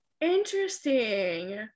Interesting